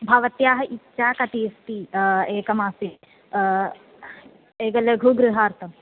भवत्याः इच्छा कति अस्ति एकमासे एक लघु गृहार्थम्